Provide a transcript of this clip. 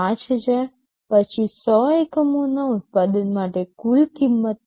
૫000 પછી ૧00 એકમોના ઉત્પાદન માટે કુલ કિંમત રૂ